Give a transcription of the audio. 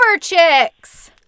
Chicks